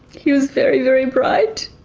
he was very, very bright.